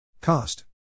Cost